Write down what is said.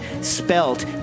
spelt